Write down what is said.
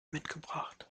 mitgebracht